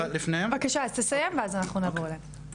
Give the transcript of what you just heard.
בבקשה, תסיים ואז אנחנו נעבור אליהם.